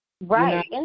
Right